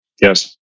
Yes